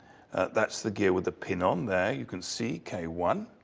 that's the gear with the pin on there, you can see k one.